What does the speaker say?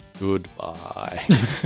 Goodbye